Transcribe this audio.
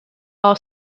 all